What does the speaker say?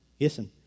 listen